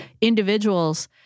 individuals